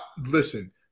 Listen